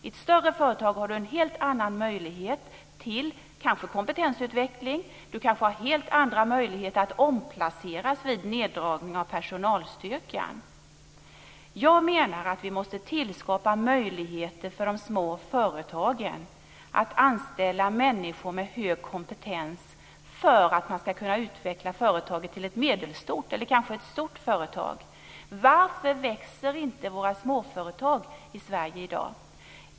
I ett större företag har man en helt annan möjlighet till kanske kompetensutveckling. Man kanske har helt andra möjligheter att omplaceras vid neddragning av personalstyrkan. Jag menar att vi måste tillskapa möjligheter för de små företagen att anställa människor med hög kompetens för att man ska kunna utveckla företaget till ett medelstort eller kanske stort företag. Varför växer inte våra småföretag i Sverige i dag?